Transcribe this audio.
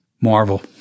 Marvel